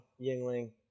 Yingling